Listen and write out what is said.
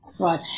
Right